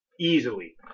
Easily